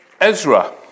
Ezra